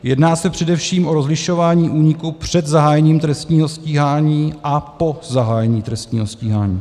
Jedná se především o rozlišování úniků před zahájením trestního stíhání a po zahájení trestního stíhání.